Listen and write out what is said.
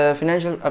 financial